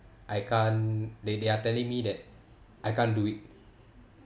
I can't they they are telling me that I can't do it